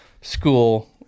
school